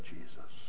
Jesus